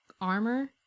armor